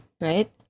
right